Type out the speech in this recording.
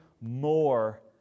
more